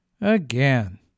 Again